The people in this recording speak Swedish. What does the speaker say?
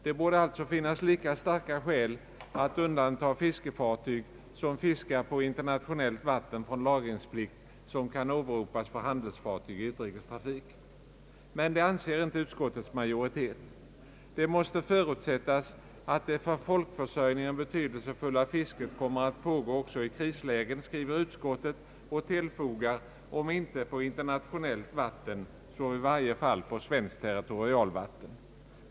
Det borde alltså finnas lika starka skäl att undanta fiskefartyg, som fiskar på internationellt vatten, från lagringsplikt som kan åberopas för handelstrafik i utrikestrafik. Men det anser inte utskottets majoritet. »Det måste förutsättas att det för folkförsörjningen betydelsefulla fisket kommer att pågå i stor utsträckning även i ett krisläge», skriver utskottet och tillfogar »om inte på internationellt vatten så i varje fall på svenskt territorialvatten».